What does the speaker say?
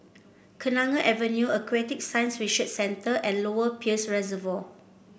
Kenanga Avenue Aquatic Science Research Center and Lower Peirce Reservoir